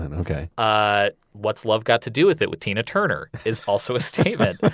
and okay ah what's love got to do with it with tina turner is also a statement.